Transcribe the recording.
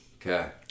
Okay